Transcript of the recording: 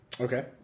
Okay